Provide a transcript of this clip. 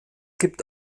gibt